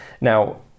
Now